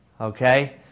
Okay